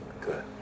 Good